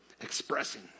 expressing